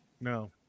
no